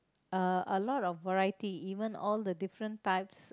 uh a lot of variety even all the different types